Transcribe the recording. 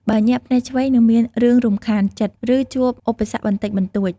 បើ ញាក់ភ្នែកឆ្វេង នឹងមានរឿងរំខានចិត្ត ឬជួបឧបសគ្គបន្តិចបន្តួច។